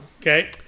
Okay